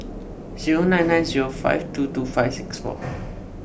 zero nine nine zero five two two five six four